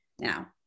now